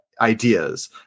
ideas